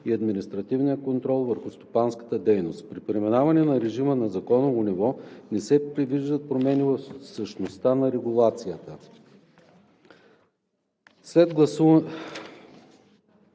и административния контрол върху стопанската дейност. При преминаването на режимите на законово ниво не се предвиждат промени в същността на регулацията.